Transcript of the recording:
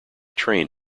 train